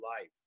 life